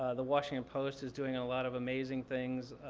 ah the washington post is doing a lot of amazing things.